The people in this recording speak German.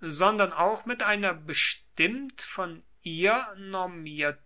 sondern auch mit einer bestimmt von ihr